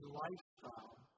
lifestyle